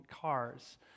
cars